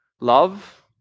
Love